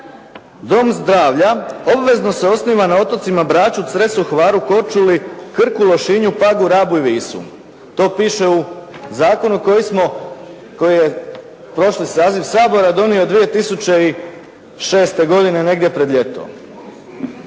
“Dom zdravlja obvezno se osniva na otocima Braču, Cresu, Hvaru, Korčuli, Krku, Lošinju, Pagu, Rabu i Visu.“ To piše u zakonu koji smo, koji je prošli saziv Sabora donio 2006. godine negdje pred ljeto.